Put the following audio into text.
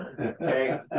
okay